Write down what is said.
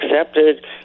accepted